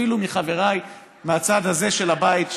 אפילו מחבריי מהצד הזה של הבית,